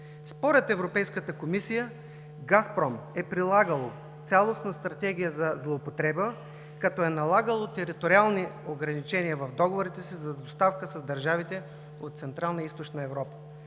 Според Европейската комисия „Газпром“ е прилагал цялостна стратегия за злоупотреба, като е налагал териториални ограничения в договорите си за доставка с държавите от Централна и Източна Европа,